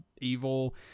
evil